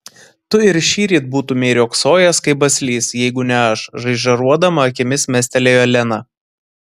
tu ir šįryt būtumei riogsojęs kaip baslys jeigu ne aš žaižaruodama akimis mestelėjo lena